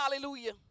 hallelujah